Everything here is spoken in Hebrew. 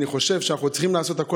אני חושב שאנחנו צריכים לעשות הכול